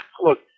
look